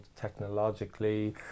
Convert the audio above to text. technologically